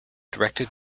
directed